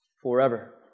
forever